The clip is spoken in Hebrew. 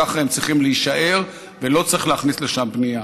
ככה הם צריכים להישאר, ולא צריך להכניס לשם בנייה.